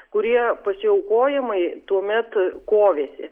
kurie pasiaukojamai tuomet kovėsi